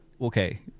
Okay